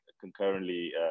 concurrently